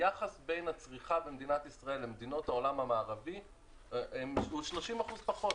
היחס בין הצריכה במדינת ישראל לבין מדינות העולם המערבי הוא 30% פחות.